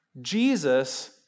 Jesus